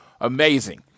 Amazing